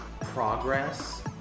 progress